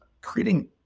creating